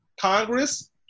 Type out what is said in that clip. Congress